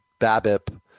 BABIP